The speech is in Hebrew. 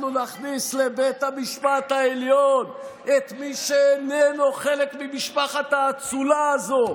אנחנו נכניס לבית המשפט העליון את מי שאיננו חלק ממשפחת האצולה הזו,